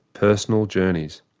personal journeys.